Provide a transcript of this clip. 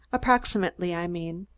approximately, i mean?